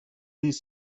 these